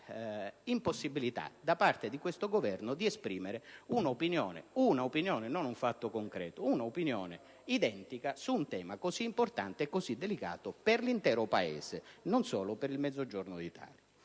impossibilità da parte di questo Governo di esprimere un'opinione - non un fatto concreto - identica su un tema così importante e delicato per l'intero Paese, non solo per il Mezzogiorno d'Italia.